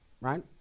right